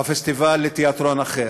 הפסטיבל לתיאטרון אחר.